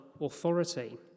authority